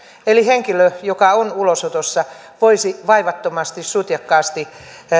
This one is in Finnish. eli henkilö joka on ulosotossa voisi vaivattomasti ja sutjakkaasti